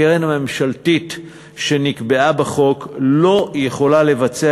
הקרן הממשלתית שנקבעה בחוק לא יכולה לבצע